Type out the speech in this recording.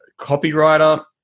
copywriter